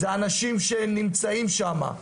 זה אנשים שנמצאים שם.